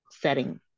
setting